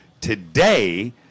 Today